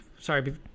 sorry